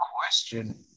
Question